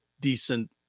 decent